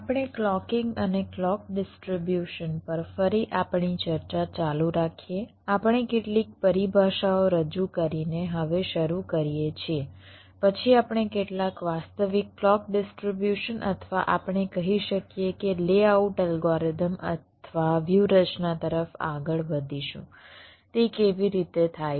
આપણે ક્લૉકીંગ અને clock distribution પર ફરી આપણી ચર્ચા ચાલુ રાખીએ આપણે કેટલીક પરિભાષાઓ રજૂ કરીને હવે શરૂ કરીએ છીએ પછી આપણે કેટલાક વાસ્તવિક ક્લૉક ડીસ્ટ્રીબ્યુશન અથવા આપણે કહી શકીએ કે લેઆઉટ અલ્ગોરિધમ અથવા વ્યૂહરચના તરફ આગળ વધીશું તે કેવી રીતે થાય છે